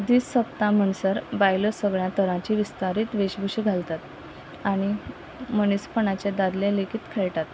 दीस सोंपता म्हणसर बायलो सगळ्या तरांची विस्तारीत वेशवशी घालतात आनी मनीसपणाचे दादले लेगीत खेळटात